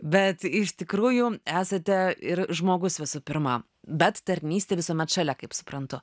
bet iš tikrųjų esate ir žmogus visų pirma bet tarnystė visuomet šalia kaip suprantu